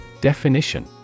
Definition